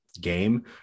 game